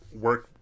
work